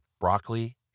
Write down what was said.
broccoli